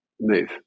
move